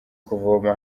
kuvoma